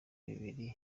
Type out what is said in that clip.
biri